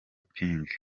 ping